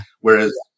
Whereas